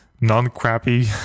non-crappy